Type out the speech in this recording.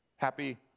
Happy